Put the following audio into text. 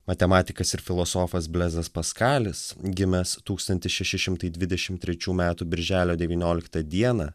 matematikas ir filosofas blezas paskalis gimęs tūkstantis šešim šimtai dvidešim trečių metų birželio devynioliktą dieną